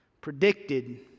predicted